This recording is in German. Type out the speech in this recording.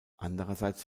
andererseits